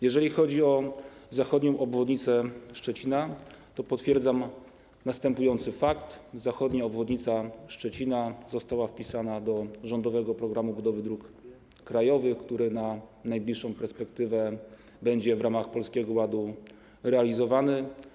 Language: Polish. Jeżeli chodzi o zachodnią obwodnicę Szczecina, to potwierdzam następujący fakt: zachodnia obwodnica Szczecina została wpisana do rządowego „Programu budowy dróg krajowych”, który na najbliższą perspektywę będzie w ramach Polskiego Ładu realizowany.